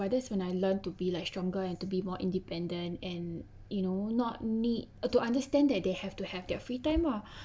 but that's when I learnt to be like stronger and to be more independent and you know not need uh to understand that they have to have their free time ah